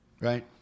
right